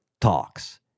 talks